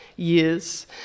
years